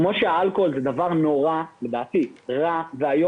כמו שאלכוהול לדעתי זה דבר נורא רע וחלק